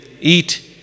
eat